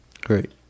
great